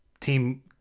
team